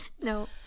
No